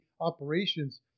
operations